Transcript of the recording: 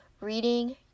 reading